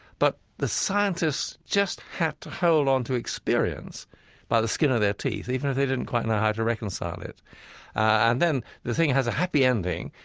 but the scientists just had to hold on to experience by the skin of their teeth even if they didn't quite know how to reconcile it and then the thing has a happy ending,